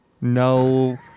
No